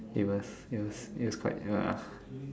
it was it was it was quite ya